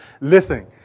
listen